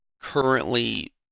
currently